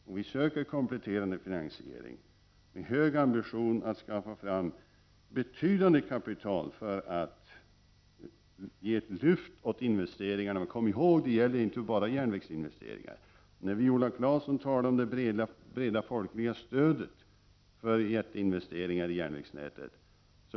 Men vi söker kompletterande finansiering med hög ambition att skaffa fram betydande kapital för att ge ett lyft åt investeringarna och, kom ihåg, det gäller inte bara järnvägsinvesteringar. Viola Claesson talade om det breda folkliga stödet för jätteinvesteringar i järnvägsnätet.